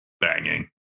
banging